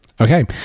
Okay